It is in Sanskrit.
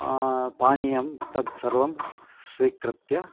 पानीयं तत्सर्वं स्वीकृत्य